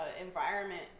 environment